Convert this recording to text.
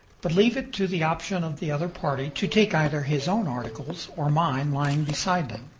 but leave it to the option of the other party to take either his own articles or mine lying beside them.